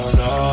no